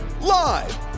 Live